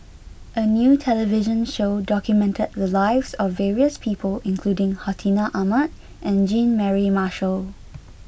a new television show documented the lives of various people including Hartinah Ahmad and Jean Mary Marshall